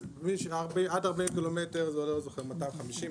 אז עד 40 קילומטר זה עולה 250,